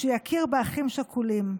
שיכיר באחים שכולים.